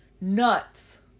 Nuts